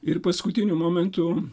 ir paskutiniu momentu